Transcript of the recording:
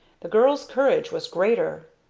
the girl's courage was greater.